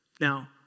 Now